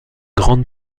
grande